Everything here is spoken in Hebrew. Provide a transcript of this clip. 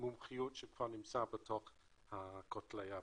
המומחיות שכבר נמצאת בתוך כותלי הבנק.